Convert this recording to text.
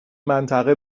منطقه